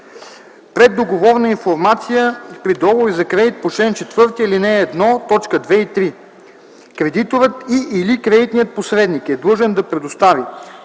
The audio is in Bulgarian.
„Преддоговорна информация при договори за кредит по чл. 4, ал. 1, т. 2 и 3 Кредиторът и/или кредитният посредник е длъжен да предостави